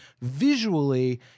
visually